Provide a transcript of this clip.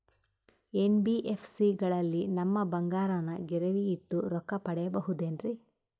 NBFC ಗಳಲ್ಲಿ ನಮ್ಮ ಬಂಗಾರನ ಗಿರಿವಿ ಇಟ್ಟು ರೊಕ್ಕ ಪಡೆಯಬಹುದೇನ್ರಿ?